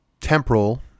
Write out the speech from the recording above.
temporal